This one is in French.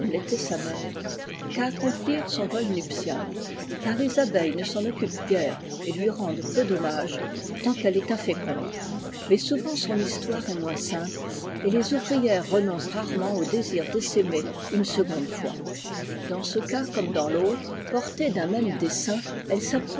sa mère qu'à accomplir son vol nuptial car les abeilles ne s'en occupent guère et lui rendent peu d'hommages tant qu'elle est inféconde mais souvent son histoire est moins simple et les ouvrières renoncent raremenl au désir d'essaimer une seconde fois dans ce cas comme dans l'autre portée d'un même dessein elle s'approche